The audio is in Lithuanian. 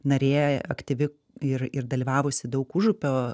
narė aktyvi ir ir dalyvavusi daug užupio